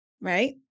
right